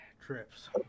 Trips